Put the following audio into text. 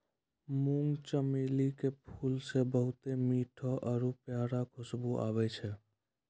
मुंगा चमेली के फूलो से बहुते मीठो आरु प्यारा खुशबु आबै छै